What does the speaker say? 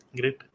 Great